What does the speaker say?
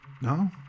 No